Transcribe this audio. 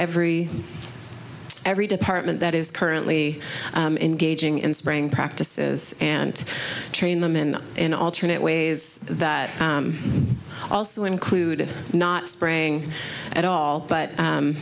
every every department that is currently engaging in spraying practices and train them in in alternate ways that also include not spraying at all but